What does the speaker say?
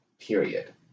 period